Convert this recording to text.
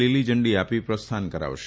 લીલીઝંડી આપી પ્રસ્થાન કરાવશે